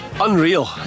Unreal